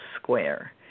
square